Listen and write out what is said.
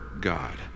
God